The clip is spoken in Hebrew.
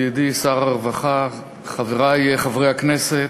ידידי שר הרווחה, חברי חברי הכנסת,